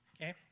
Okay